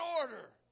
order